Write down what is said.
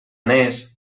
més